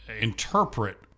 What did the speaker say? interpret